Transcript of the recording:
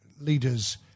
leaders